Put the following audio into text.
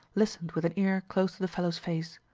listened with an ear close to the fellow's face.